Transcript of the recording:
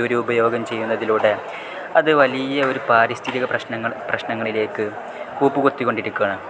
ദുരുപയോഗം ചെയ്യുന്നതിലൂടെ അത് വലിയ ഒരു പാരിസ്ഥിരിക പ്രശ്നങ്ങൾ പ്രശ്നങ്ങളിലേക്ക് കൂപ്പുകുത്തിക്കൊണ്ടിരിക്കുകയാണ്